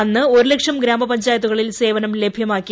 അന്ന് ഒരുലക്ഷം ഗ്രാമപഞ്ചായത്തുകളിൽ സേവനം ലഭ്യമാക്കി